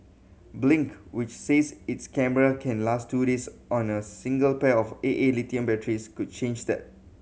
blink which says its camera can last two years on a single pair of A A lithium batteries could change that